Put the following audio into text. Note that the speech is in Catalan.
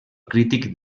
crític